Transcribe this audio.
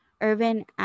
Irvin